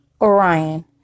Orion